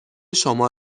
شما